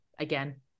Again